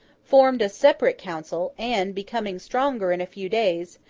formed a separate council and, becoming stronger in a few days,